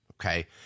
Okay